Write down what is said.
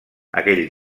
aquell